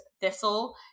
Thistle